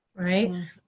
right